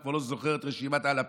אני כבר לא זוכר את רשימת הלפיד,